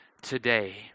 today